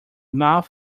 mouth